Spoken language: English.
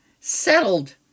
settled